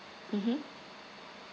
mmhmm